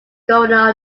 governor